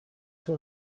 طول